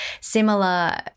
similar